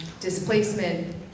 displacement